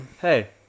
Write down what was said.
Hey